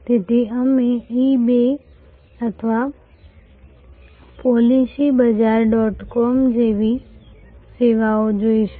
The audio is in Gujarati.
તેથી અમે eBay અથવા પોલિસીબઝાર ડોટ કોમ જેવી સેવાઓ જોઈશું